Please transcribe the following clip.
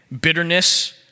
bitterness